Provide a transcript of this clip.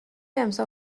امسال